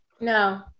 No